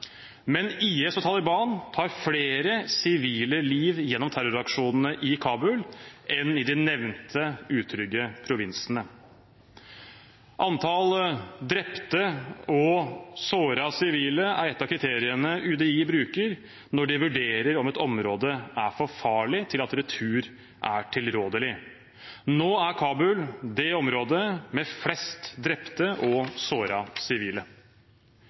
men IS og Taliban tar flere sivile liv gjennom terroraksjonene i Kabul enn i de nevnte utrygge provinsene. Antallet drepte og sårede sivile er et av kriteriene UDI bruker når de vurderer om et område er for farlig til at retur er tilrådelig. Nå er Kabul det området med flest drepte og sårede sivile.